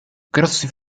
grossi